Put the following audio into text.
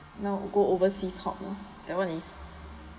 now go overseas hard meh that one is